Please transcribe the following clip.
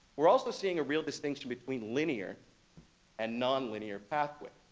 we're also seeing a real distinction between linear and non-linear pathways.